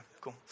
cool